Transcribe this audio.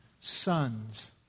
sons